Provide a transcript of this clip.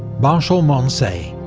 marshal moncey